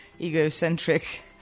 egocentric